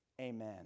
Amen